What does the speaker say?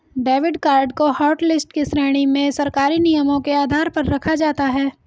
debit card को hotlist की श्रेणी में सरकारी नियमों के आधार पर रखा जाता है